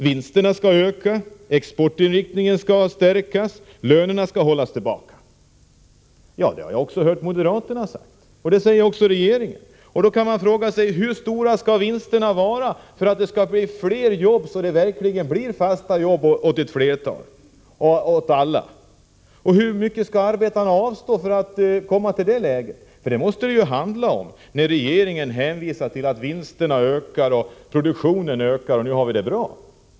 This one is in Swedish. Vinsterna skall öka, exportinriktningen skall stärkas, lönerna skall hållas tillbaka. Detta säger regeringen. Det har jag också hört moderaterna säga. Då kan man fråga sig: Hur stora skall vinsterna vara för att det skall bli fler jobb, så att det verkligen blir fasta jobb åt alla? Hur mycket skall arbetarna avstå för att vi skall komma därhän? — Det måste det ju handla om när regeringen hänvisar till att vinsterna ökar, till att produktionen ökar och säger att nu har vi det bra.